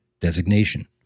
designation